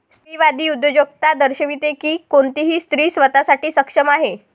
स्त्रीवादी उद्योजकता दर्शविते की कोणतीही स्त्री स्वतः साठी सक्षम आहे